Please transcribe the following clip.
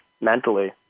mentally